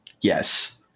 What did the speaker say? yes